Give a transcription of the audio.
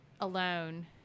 alone